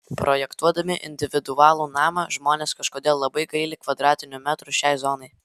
projektuodami individualų namą žmonės kažkodėl labai gaili kvadratinių metrų šiai zonai